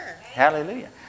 Hallelujah